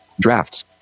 drafts